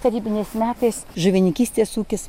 tarybiniais metais žuvininkystės ūkis